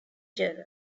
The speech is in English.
journals